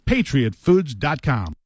PatriotFoods.com